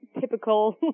typical